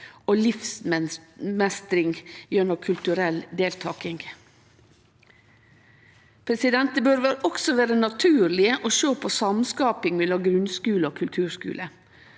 og livsmeistring gjennom kulturell deltaking. Det bør også vere naturleg å sjå på samskaping mellom grunnskule og kulturskule.